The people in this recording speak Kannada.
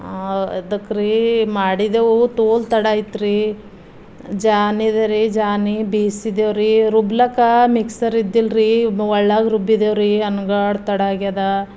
ಅದಕ್ರೀ ಮಾಡಿದೇವು ತೋಲ್ ತಡ ಆಯ್ತ್ರೀ ಜಾನಿದರಿ ಜಾನಿ ಬಿಸಿದೇವ್ರೀ ರುಬ್ಲಕ್ಕ ಮಿಕ್ಸರ್ ಇದ್ದಿಲ್ರೀ ಒರಳಾಗ್ ರುಬ್ಬಿದೇವ್ರೀ ಅನ್ಗಡ್ ತಡ ಆಗಿದೆ